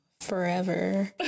forever